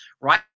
right